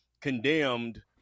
condemned